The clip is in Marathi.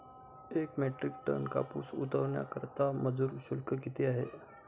एक मेट्रिक टन कापूस उतरवण्याकरता मजूर शुल्क किती आहे?